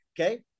Okay